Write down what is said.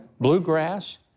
bluegrass